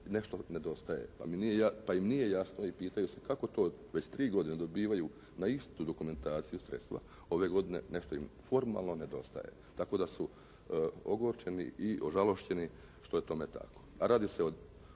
nešto nedostaje, pa im nije jasno i pitaju se kako to već 3 godine dobivaju na istu dokumentaciju sredstva, ove godine nešto im formalno nedostaje. Tako da su ogorčeni i ožalošćeni što je tome tako. A radi se o